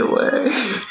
away